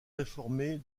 réformée